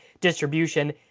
distribution